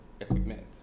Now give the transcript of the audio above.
equipment